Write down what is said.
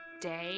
day